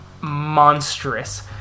monstrous